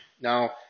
Now